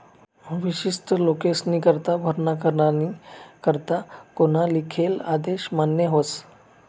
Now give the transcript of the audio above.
विशिष्ट लोकेस्नीकरता भरणा करानी करता कोना लिखेल आदेश मान्य व्हस